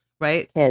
Right